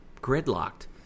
gridlocked